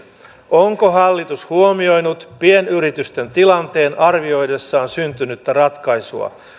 onko hallitus huomioinut pienyritysten tilanteen arvioidessaan syntynyttä ratkaisua